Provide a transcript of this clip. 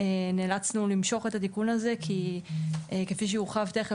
ונאלצנו למשוך את התיקון הזה כי כפי שיורחב תכף,